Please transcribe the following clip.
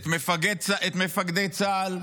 את מפקדי צה"ל,